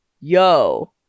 yo